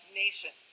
nation